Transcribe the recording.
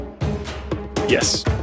Yes